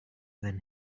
than